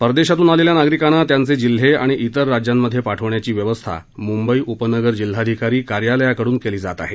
परदेशातून आलेल्या नागरिकांना त्यांचे जिल्हे आणि इतर राज्यांमधे पाठवण्याची व्यवस्था मुंबई उपनगर जिल्हाधिकारी कार्यालयाकडून केली जात आहे